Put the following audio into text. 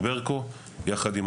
היא יכולה